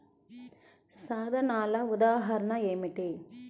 సాధనాల ఉదాహరణలు ఏమిటీ?